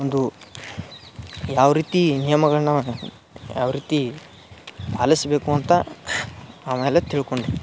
ಒಂದು ಯಾವ ರೀತಿ ನಿಯಮಗಳನ್ನ ಯಾವ ರೀತಿ ಪಾಲಿಸಬೇಕು ಅಂತ ಆಮೇಲೆ ತಿಳ್ಕೊಂಡ್ವಿ